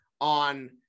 on